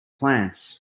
plants